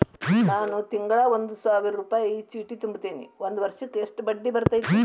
ನಾನು ತಿಂಗಳಾ ಒಂದು ಸಾವಿರ ರೂಪಾಯಿ ಚೇಟಿ ತುಂಬತೇನಿ ಒಂದ್ ವರ್ಷಕ್ ಎಷ್ಟ ಬಡ್ಡಿ ಬರತೈತಿ?